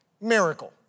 miracle